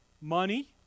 money